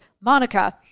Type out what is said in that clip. Monica